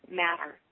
matter